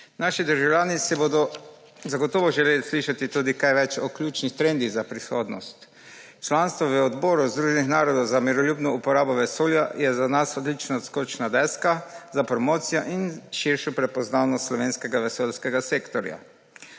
Naši državljani se bodo zagotovo želeli slišati tudi kaj več o ključnih trendih za prihodnost. Članstvo v Odboru Združenih narodov za miroljubno uporabo vesolja je za nas odlična odskočna deska za promocijo in širšo prepoznavnost slovenskega vesoljskega sektorja.